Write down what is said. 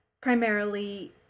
primarily